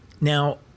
Now